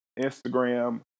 Instagram